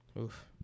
Oof